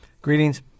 Greetings